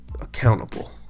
accountable